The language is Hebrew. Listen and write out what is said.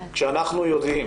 כשאנחנו יודעים